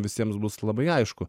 visiems bus labai aišku